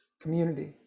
community